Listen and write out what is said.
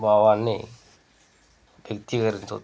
భావాల్ని వ్యక్తీకరించొచ్చు